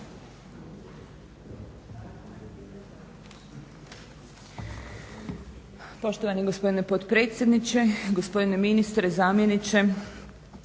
lijepa gospodine potpredsjedničke, gospodine ministre, zamjeniče